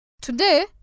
Today